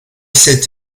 cette